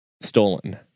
Stolen